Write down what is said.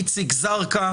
איציק זרקא.